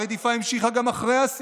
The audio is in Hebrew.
הרדיפה נמשכה גם אחרי הסיכול.